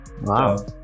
Wow